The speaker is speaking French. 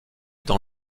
dans